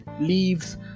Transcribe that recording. leaves